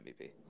MVP